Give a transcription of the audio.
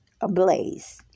ablaze